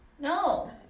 no